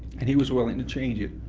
and he was willing to change it.